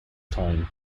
time